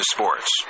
Sports